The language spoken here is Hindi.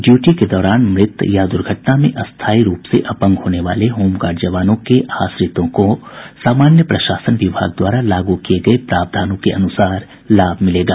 ड्यूटी के दौरान मृत या दुर्घटना में स्थाई रूप से अपंग होने वाले होमगार्ड जवानों के आश्रितों को सामान्य प्रशासन विभाग द्वारा लागू किये गये प्रावधानों के अनुसार लाभ मिलेगा